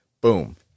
Boom